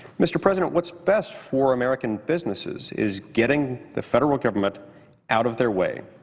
mr. president, what's best for american businesses is getting the federal government out of their way,